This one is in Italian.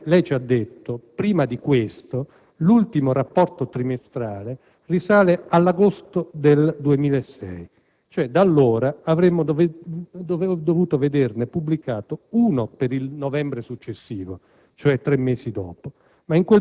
Come lei ci ha detto, prima di questo, l'ultimo rapporto trimestrale risale all'agosto 2006; da allora avremmo dovuto vederne pubblicato uno per il novembre successivo, cioè tre mesi dopo,